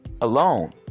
alone